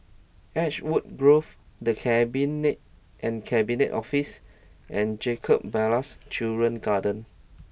Ashwood Grove The Cabinet and Cabinet Office and Jacob Ballas Children's Garden